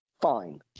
Fine